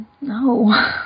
no